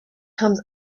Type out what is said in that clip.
comes